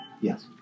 Yes